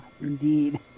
Indeed